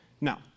Now